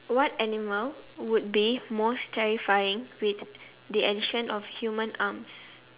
what animal would be most terrifying with the addition of human arms